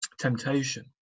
temptation